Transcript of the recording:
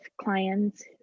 clients